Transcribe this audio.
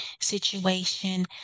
situation